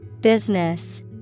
Business